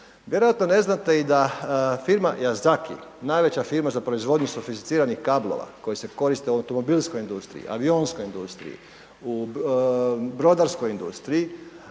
Vjerojatno ne znate i da firma Yazaki, najveća firma za proizvodnju sofisticiranih kablova koji se koriste u automobilskoj industriji, avionskoj industriji, u brodarskoj industriji,